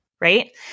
right